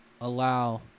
allow